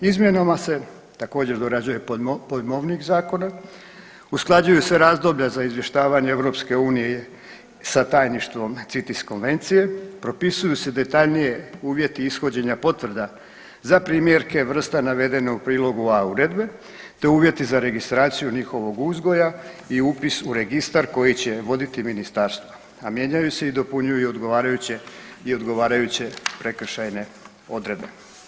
Izmjenama se također dorađuje pojmovnik zakona, usklađuju se razdoblja za izvještavanje EU sa tajništvom CITES konvencije, propisuju se detaljnije uvjeti ishođenja potvrda za primjerke vrsta navedene u prilogu A uredbe, te uvjeti za registraciju njihovog uzgoja i upis u registar koji će voditi ministarstvo, a mijenjaju se i dopunjuju i odgovarajuće prekršajne odredbe.